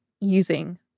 using